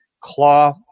Claw